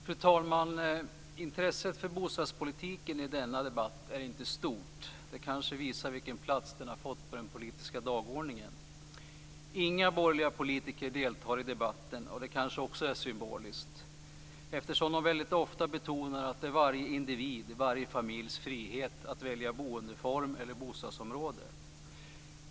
Fru talman! Intresset för bostadspolitiken i denna debatt är inte stort. Detta visar kanske också vilken plats den har fått på den politiska dagordningen. Inga borgerliga politiker deltar i debatten, och även det är kanske symboliskt. De borgerliga betonar väldigt ofta varje individs och varje familjs frihet att välja boendeform eller bostadsområde.